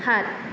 সাত